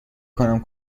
کنم